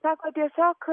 sako tiesiog